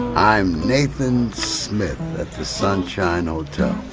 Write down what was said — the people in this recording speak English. i'm nathan smith at the sunshine hotel